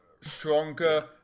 stronger